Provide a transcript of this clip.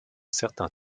certain